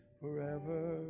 forever